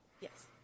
Yes